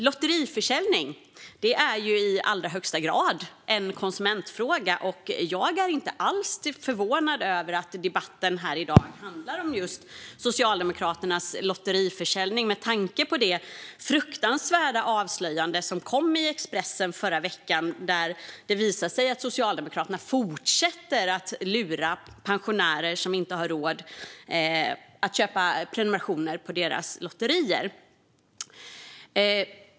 Lottförsäljning är i allra högsta grad en konsumentfråga, och jag är inte alls förvånad över att debatten här i dag handlar om just Socialdemokraternas lottförsäljning med tanke på det fruktansvärda avslöjande som kom i Expressen i förra veckan, där det visade sig att Socialdemokraterna fortsätter att lura pensionärer som inte har råd att köpa prenumerationer på deras lotterier.